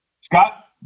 Scott